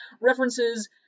references